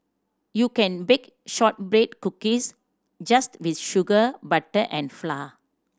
you can bake shortbread cookies just with sugar butter and flour